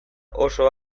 oso